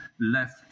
left